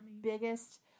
biggest